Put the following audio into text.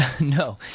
No